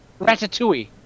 ratatouille